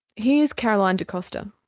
here's caroline de costa.